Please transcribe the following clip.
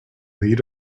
lead